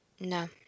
No